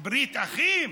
ברית אחים?